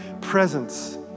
presence